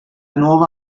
nuova